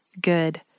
good